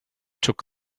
took